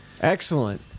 Excellent